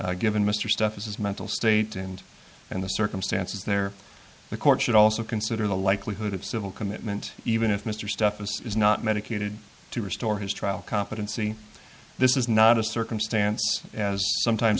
view given mr stuff is his mental state and and the circumstances there the court should also consider the likelihood of civil commitment even if mr stuff is not medicated to restore his trial competency this is not a circumstance as sometimes